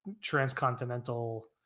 transcontinental